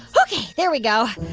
ok, there we go.